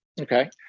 okay